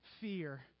fear